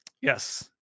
yes